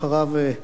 מגלי והבה.